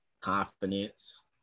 confidence